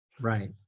Right